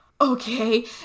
Okay